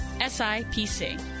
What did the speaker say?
SIPC